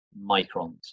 microns